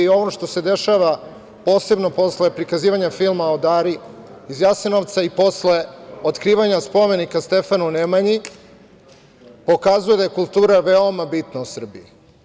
Ovo što se dešava, posebno posle prikazivanja filma „Dara iz Jasenovca“ i posle otkrivanja spomenika Stefanu Nemanji, pokazuje da je kultura veoma bitna u Srbiji.